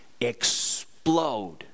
explode